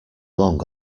long